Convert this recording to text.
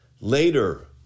Later